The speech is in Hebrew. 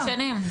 בשלוש שנים.